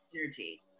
energy